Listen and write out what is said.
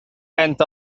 أنت